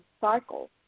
cycle